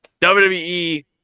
WWE